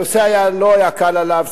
הנושא לא היה קל עליו.